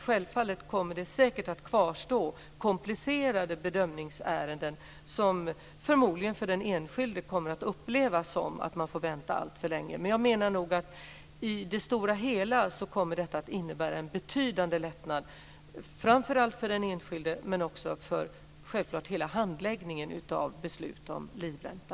Självfallet kommer det att kvarstå komplicerade bedömningsärenden, som förmodligen för den enskilde kommer att upplevas som att man får vänta alltför länge. Jag menar dock att detta i det stora hela kommer att innebära en betydande lättnad, framför allt för den enskilde men också för hela handläggningen av beslut om livränta.